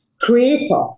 creator